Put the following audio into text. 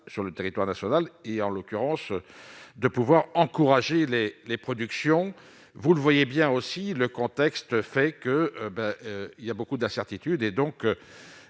sur le territoire national et en l'occurrence de pouvoir encourager les les productions, vous le voyez bien aussi le contexte fait que ben, il y a beaucoup d'incertitudes